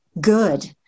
good